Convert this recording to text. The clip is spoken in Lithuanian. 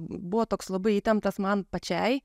buvo toks labai įtemptas man pačiai